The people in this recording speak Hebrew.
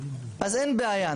אז אין בעיה,